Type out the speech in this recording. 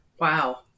wow